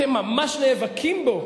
אתם ממש נאבקים בו,